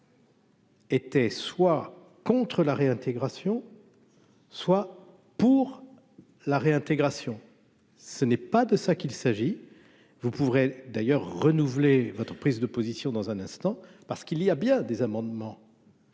étaient soit contre la réintégration soit pour la réintégration. Ce n'est pas de ça qu'il s'agit, vous pouvez d'ailleurs renouveler votre prise de position dans un instant parce qu'il y a bien des amendements.